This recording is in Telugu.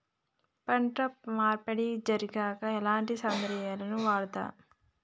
పంట మార్పిడి జరిగాక ఎలాంటి సేంద్రియాలను వాడుతం?